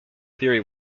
theory